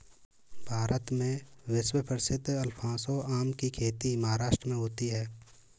भारत में विश्व प्रसिद्ध अल्फांसो आम की खेती महाराष्ट्र में होती है